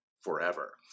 forever